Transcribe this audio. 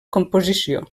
composició